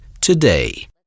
today